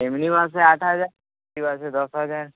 এমনি বাসে আট হাজার এসি বাসে দশ হাজার